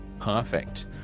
perfect